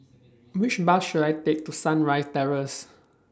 Which Bus should I Take to Sunrise Terrace